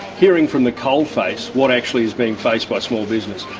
hearing from the coal face what actually is being faced by small business.